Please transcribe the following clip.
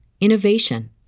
innovation